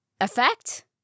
effect